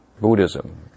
Buddhism